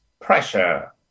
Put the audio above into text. pressure